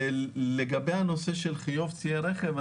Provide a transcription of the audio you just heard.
לגבי הנושא של חיוב ציי רכב,